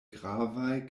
gravaj